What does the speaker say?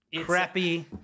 crappy